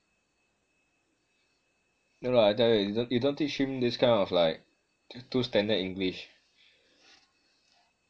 no lah I tell you you don't teach him this kind of like too standard english